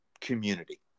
community